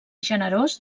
generós